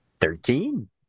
Thirteen